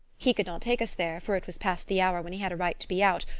he could not take us there, for it was past the hour when he had a right to be out,